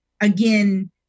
again